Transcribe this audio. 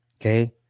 Okay